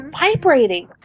vibrating